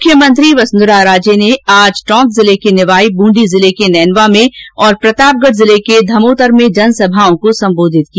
मुख्यमंत्री वसुंधरा राजे ने आज टोंक जिले के निवाई बूंदी जिले को नैनवा में प्रतापगढ जिले के धमोतर में जनसभाओं को सम्बोधित किया